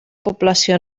població